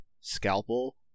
scalpel